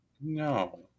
No